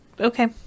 Okay